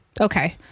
Okay